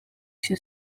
się